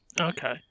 Okay